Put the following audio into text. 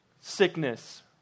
Sickness